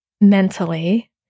mentally